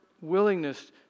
willingness